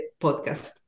podcast